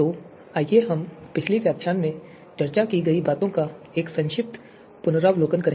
तो आइए हम पिछले व्याख्यान में चर्चा की गई बातों का एक संक्षिप्त पुनरावलोकन करें